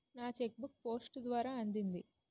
నా cheque book post ద్వారా అందింది